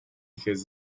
has